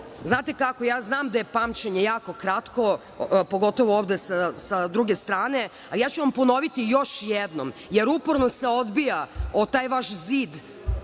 znate kako, ja znam da je pamćenje jako kratko, pogotovo ovde sa druge strane, a ja ću vam ponoviti još jednom, jer uporno se odbija o taj vaš zid